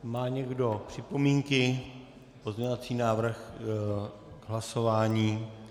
Má někdo připomínky, pozměňovací návrh k hlasování?